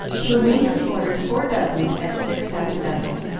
who immediately ordered four dozen at six cents a dozen,